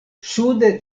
sude